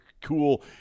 cool